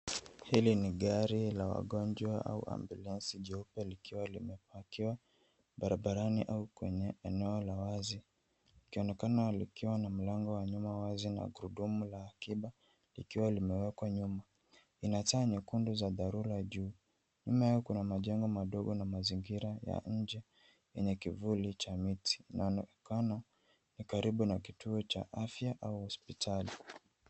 Hili ni gari la wagonjwa au ambulensi jeupe likiwa limepakiwa barabarani au kwenye eneo la wazi. Ukionekana likiwa na mlango wa nyuma wazi na gururdumu la akiba, likiwa limewekwa nyuma. Ina taa cha nyekundu za dharura juu. Nyuma yao kuna majengo madogo na mazingira ya nje, yenye kivuli cha miti. Na inaonekana, ni karibu na kituo cha afya au hospitali.